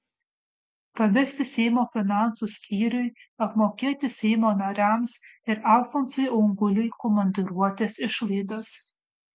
pavesti seimo finansų skyriui apmokėti seimo nariams ir alfonsui auguliui komandiruotės išlaidas